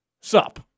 sup